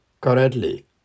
correctly